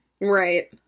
right